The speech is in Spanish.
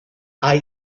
hay